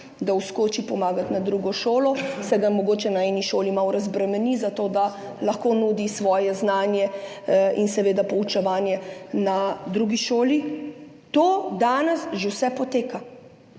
da vskoči pomagati na drugo šolo, se ga mogoče na eni šoli malo razbremeni, zato da lahko nudi svoje znanje in poučuje na drugi šoli. To danes že vse poteka,